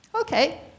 Okay